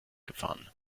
gefahren